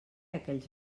aquells